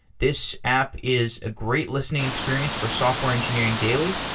this app is a great lis tening experience for software engineering daily.